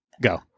go